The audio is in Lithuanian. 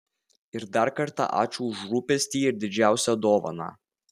ir dar kartą ačiū už rūpestį ir didžiausią dovaną